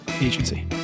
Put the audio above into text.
agency